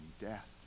death